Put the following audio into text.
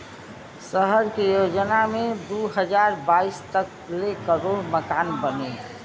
सहर के योजना मे दू हज़ार बाईस तक ले करोड़ मकान बनी